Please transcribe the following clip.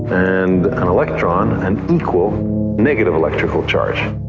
and an electron an equal negative electrical charge.